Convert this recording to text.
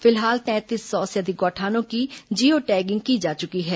फिलहाल तैंतीस सौ से अधिक गौठानों की जियो टैगिंग की जा चुकी है